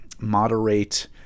moderate